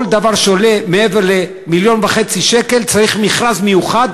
כל דבר שעולה מעבר למיליון וחצי שקל מצריך מכרז מיוחד,